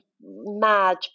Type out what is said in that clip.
mad